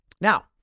Now